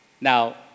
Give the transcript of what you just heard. Now